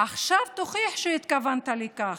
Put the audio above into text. עכשיו תוכיח שהתכוונת לכך.